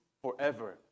forever